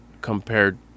compared